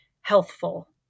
healthful